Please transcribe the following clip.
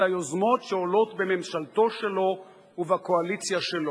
את היוזמות שעולות בממשלתו שלו ובקואליציה שלו.